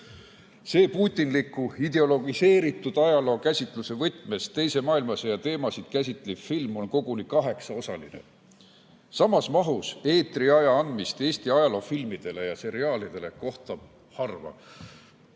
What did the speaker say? See putinliku ideologiseeritud ajalookäsitluse võtmes teise maailmasõja teemasid käsitlev film on koguni kaheksaosaline. Samas mahus eetriaja andmist Eesti ajaloo teemalistele filmidele ja seriaalidele kohtab harva.